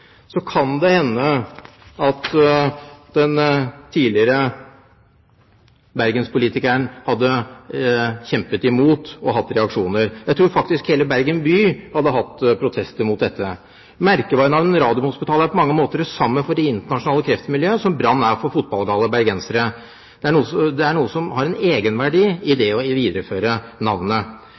så kan det hende at den tidligere Bergen-politikeren hadde kjempet imot og hatt reaksjoner. Jeg tror faktisk hele Bergen by hadde protestert mot dette. Merkevarenavnet Radiumhospitalet er på mange måter det samme for det internasjonale kreftmiljøet som Brann er for fotballgale bergensere. Det er en egenverdi i det å videreføre navnet.